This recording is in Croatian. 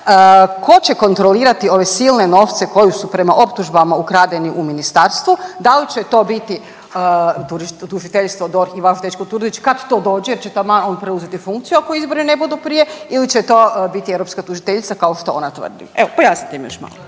tko će kontrolirati ove silne novce koji su prema optužbama ukradeni u ministarstvu da li će to biti tužiteljstvo, DORH i vaš dečko Turudić kad to dođe jer će taman on preuzeti funkciju ako izbori ne budu prije. Ili će to biti europska tužiteljica kao što ona tvrdi. Evo pojasnite mi još malo.